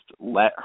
let